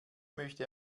möchte